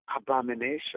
abomination